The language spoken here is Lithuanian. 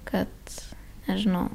kad nežinau